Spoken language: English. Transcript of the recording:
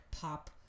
pop